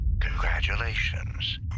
Congratulations